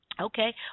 Okay